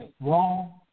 wrong